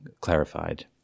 clarified